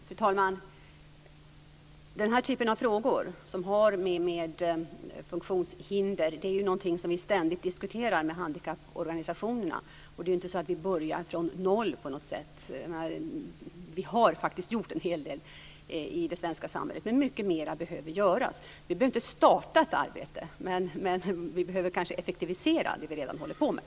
Fru talman! Den typ av frågor som har med funktionshinder att göra är någonting som vi ständigt diskuterar med handikapporganisationerna. Det är inte så att vi börjar från noll. Vi har faktiskt gjort en hel del i det svenska samhället, men mycket mera behöver göras. Vi behöver inte starta ett arbete, men vi behöver kanske effektivisera det vi redan håller på med.